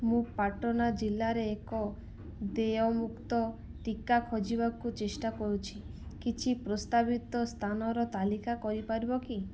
ମୁଁ ପାଟନା ଜିଲ୍ଲାରେ ଏକ ଦେୟମୁକ୍ତ ଟିକା ଖୋଜିବାକୁ ଚେଷ୍ଟା କରୁଛି କିଛି ପ୍ରସ୍ତାବିତ ସ୍ଥାନର ତାଲିକା କରିପାରିବ କି